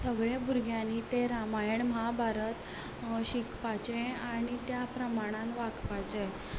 सगल्या भुरग्यांनी तें रामायण महाभारत शिकपाचें आनी त्या प्रमाणांत वागपाचें